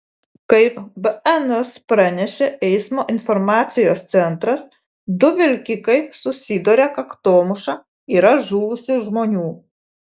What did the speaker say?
kaip bns pranešė eismo informacijos centras du vilkikai susidūrė kaktomuša yra žuvusių žmonių